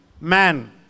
man